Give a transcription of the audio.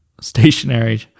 stationary